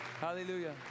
Hallelujah